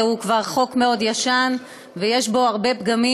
שהוא כבר חוק מאוד ישן ויש בו הרבה פגמים.